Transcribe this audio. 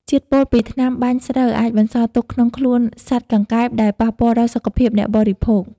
ជាតិពុលពីថ្នាំបាញ់ស្រូវអាចបន្សល់ទុកក្នុងខ្លួនសត្វកង្កែប ដែលប៉ះពាល់ដល់សុខភាពអ្នកបរិភោគ។